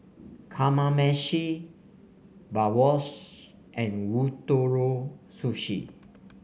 Kamameshi Bratwurst and Ootoro Sushi